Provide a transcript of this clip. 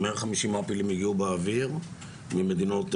150 מעפילים הגיעו באוויר ממדינות,